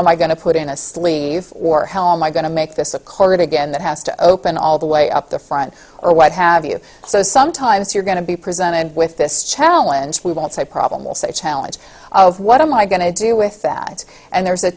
am i going to put in a sleeve or hell am i going to make this a cord again that has to open all the way up the front or what have you so sometimes you're going to be presented with this challenge we don't see a problem will say challenge of what am i going to do with that and there's a